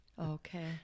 Okay